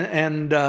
and